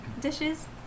dishes